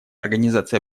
организация